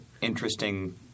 interesting